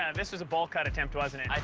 and this was a bowl cut attempt, wasn't it? i